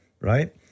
right